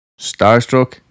starstruck